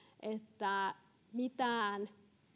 että mitään